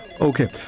Okay